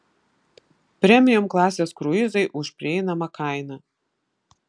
premium klasės kruizai už prieinamą kainą